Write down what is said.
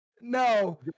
No